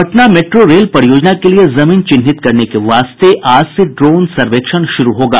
Patna metro rail परियोजना के लिये जमीन चिन्हित करने के वास्ते आज से ड्रोन सर्वेक्षण शुरू होगा